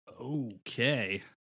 Okay